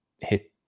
hit